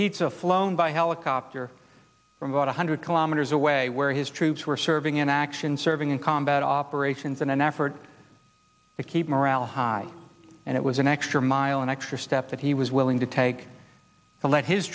pizza flown by helicopter from about one hundred kilometers away where his troops were serving in action serving in combat operations in an effort to keep morale high and it was an extra mile an extra step that he was willing to take